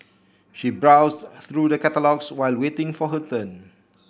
she browsed through the catalogues while waiting for her turn